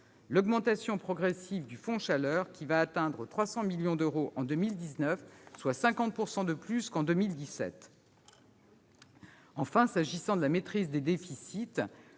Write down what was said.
l'augmentation progressive du fonds chaleur qui va atteindre 300 millions d'euros en 2019, soit 50 % de plus qu'en 2017. Enfin, s'agissant de la maîtrise des déficits,